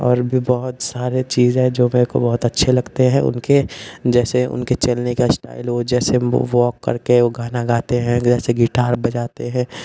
और भी बहुत सारे चीज हैं जो मेरे को अच्छे लगते हैं उनके जैसे उनके चलने का स्टाइल जैसे वॉक करके गाना गाते हैं जैसे गिटार बजाते हैं